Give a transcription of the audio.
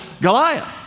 Goliath